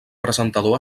presentador